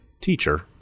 Teacher